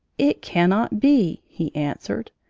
it cannot be, he answered.